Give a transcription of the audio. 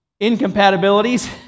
incompatibilities